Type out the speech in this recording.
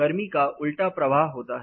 गर्मी का उलटा प्रवाह होता है